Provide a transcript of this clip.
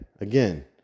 again